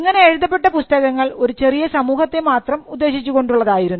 ഇങ്ങനെ എഴുതപ്പെട്ട പുസ്തകങ്ങൾ ഒരു ചെറിയ സമൂഹത്തെ മാത്രം ഉദ്ദേശിച്ചു കൊണ്ടുള്ളതായിരുന്നു